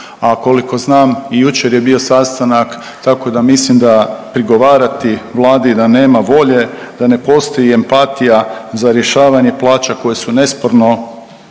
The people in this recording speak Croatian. a koliko znam i jučer je bio sastanak tako da mislim da prigovarati Vladi da nema volje, da ne postoji empatija za rješavanje plaća koje su nesporno